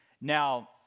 Now